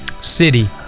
City